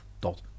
dot